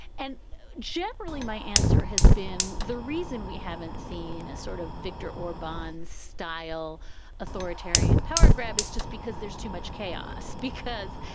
and generally my answer has been the reason we haven't seen a sort of victor or bond style authoritarian power grab is just because there's too much chaos, because,